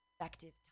effective